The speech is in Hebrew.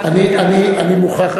אני מוכרח,